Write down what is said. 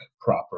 proper